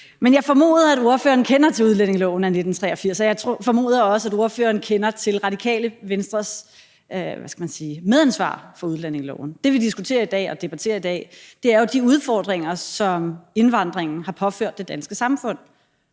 men jeg formoder, at ordføreren kender til udlændingeloven af 1983, og jeg formoder også, at ordføreren kender til Radikale Venstres medansvar for udlændingeloven. Det, vi debatterer i dag, er de udfordringer, som indvandringen har påført det danske samfund,